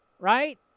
right